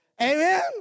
Amen